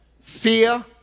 fear